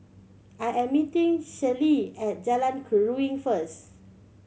I am meeting Celie at Jalan Keruing first